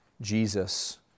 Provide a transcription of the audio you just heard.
Jesus